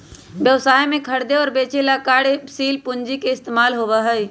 व्यवसाय में खरीदे और बेंचे ला कार्यशील पूंजी के इस्तेमाल होबा हई